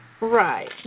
Right